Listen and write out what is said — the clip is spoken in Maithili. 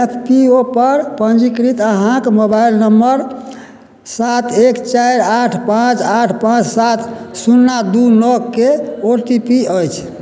एफ पी ओ पर पंजीकृत अहाँके मोबाइल नंबर सात एक चारि आठ पाँच आठ पाँच सात शून्ना दू नओके ओ टी पी अछि